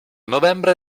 novembre